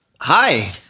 Hi